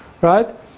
right